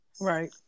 right